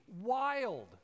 wild